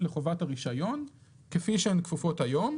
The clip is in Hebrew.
לחובת הרישיון כפי שהן כפופות היום.